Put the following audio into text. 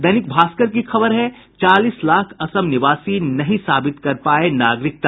दैनिक भास्कर की खबर है चालीस लाख असम निवासी नहीं साबित कर पाये नागरिकता